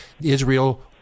Israel